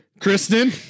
Kristen